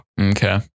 okay